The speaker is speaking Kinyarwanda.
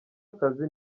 akazi